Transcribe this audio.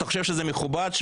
אתה חושב שזה מכובד?